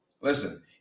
Listen